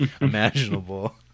imaginable